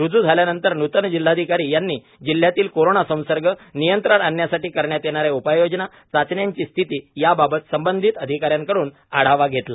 रुज् झाल्यानंतर नूतन जिल्हाधिकारी यांनी जिल्ह्यातील कोरोना संसर्ग नियंत्रण आणण्यासाठी करण्यात येणारे उपाय योजना चाचण्यांची स्थिती यावावत संवंधित अधिकाऱ्यांकडून आढावा घेतला